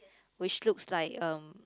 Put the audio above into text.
which looks like uh